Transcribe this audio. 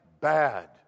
bad